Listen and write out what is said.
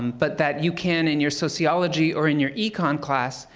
but that you can, in your sociology or in your econ class,